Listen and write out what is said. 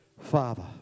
father